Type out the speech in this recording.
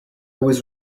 was